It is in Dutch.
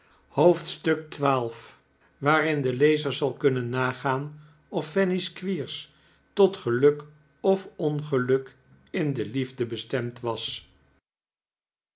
hoofdstuk xii waarin de lezer zal kunnen nagaan of fanny squeers tot geluk of tot ongeluk in de liefde bestemd was